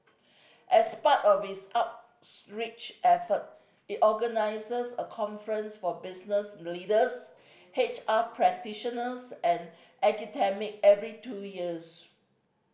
as part of its effort it organises a conference for business leaders H R practitioners and academic every two years